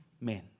men